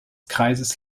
kreises